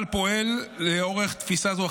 צה"ל פועל לאור, אתה מסכים עם מה שאתה קורא?